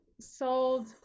sold